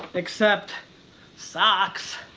except socks.